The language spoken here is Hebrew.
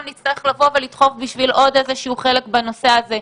נצטרך לבוא ולדחוף בשביל עוד איזה שהוא חלק בנושא הזה.